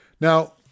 Now